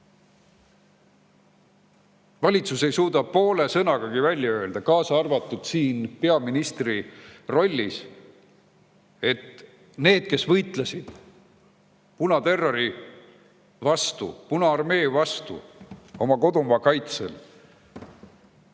Valitsus ei suuda poole sõnagagi välja öelda, kaasa arvatud peaminister siin, et need, kes võitlesid punaterrori vastu, Punaarmee vastu oma kodumaa kaitsel,